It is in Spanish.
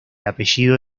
apellido